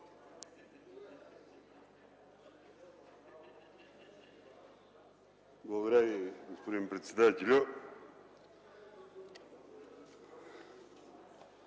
Благодаря Ви, госпожо председател.